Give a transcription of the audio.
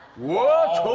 watch